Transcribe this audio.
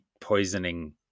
poisoning